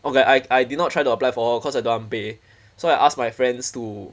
okay I I did not try to apply for all cause I don't want pay so I ask my friends to